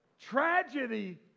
tragedy